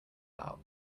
out